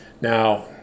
now